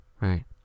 Right